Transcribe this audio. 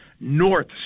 north